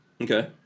Okay